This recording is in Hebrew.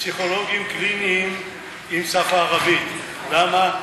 פסיכולוגים קליניים בשפה ערבית, למה?